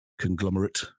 conglomerate